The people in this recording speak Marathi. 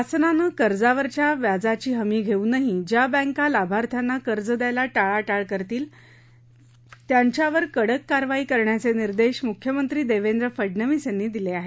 शासनानं कर्जावरच्या व्याजाची हमी घेऊनही ज्या बँका लाभार्थ्यांना कर्ज द्यायला टाळाटाळ करतील त्याच्यावर कडक कारवाई करण्याचे निर्देश मुख्यमंत्री देवेन्द्र फडनवीस यांनी दिले आहेत